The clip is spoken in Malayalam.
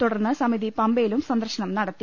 തുടർന്ന് സമിതി പമ്പയിലും സന്ദർശനം നടത്തി